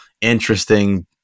interesting